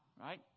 right